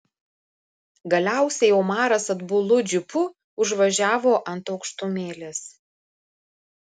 galiausiai omaras atbulu džipu užvažiavo ant aukštumėlės